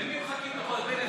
למי מחכים, אתה יכול להסביר לי?